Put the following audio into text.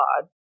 God